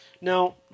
Now